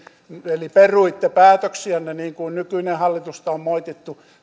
eli peruitte päätöksiänne niin kuin nykyistä hallitusta on moitittu